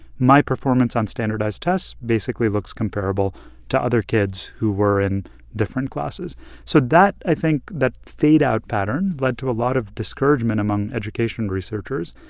my performance on standardized tests basically looks comparable to other kids who were in different classes so that i think that fade-out pattern, led to a lot of discouragement among education researchers,